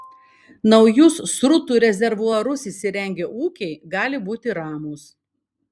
naujus srutų rezervuarus įsirengę ūkiai gali būti ramūs